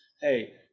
hey